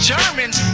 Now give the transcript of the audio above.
Germans